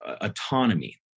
autonomy